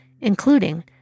including